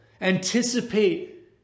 Anticipate